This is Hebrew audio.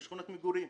שכונת מגורים.